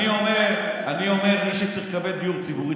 אני אומר: מי שצריך לקבל דיור ציבורי,